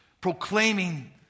proclaiming